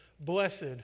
Blessed